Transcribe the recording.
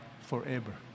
forever